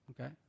Okay